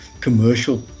commercial